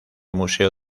museo